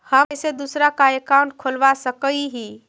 हम कैसे दूसरा का अकाउंट खोलबा सकी ही?